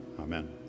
Amen